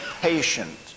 patient